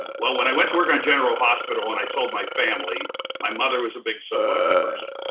well, when i went to work on general hospital, and i told my family, my mother was a big soap opera person.